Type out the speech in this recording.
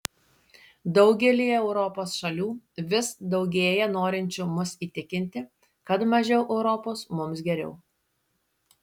daugelyje europos šalių vis daugėja norinčių mus įtikinti kad mažiau europos mums geriau